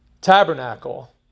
tabernacle